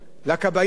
למשרד הפנים,